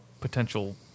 potential